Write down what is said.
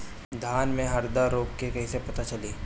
धान में हरदा रोग के कैसे पता चली?